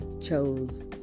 chose